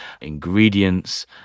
ingredients